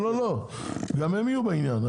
גם הם יהיו בעניין.